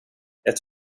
ett